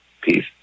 Peace